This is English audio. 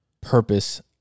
purpose